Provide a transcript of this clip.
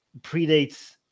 predates